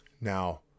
now